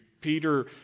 Peter